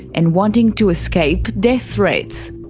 and wanting to escape death threats.